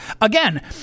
Again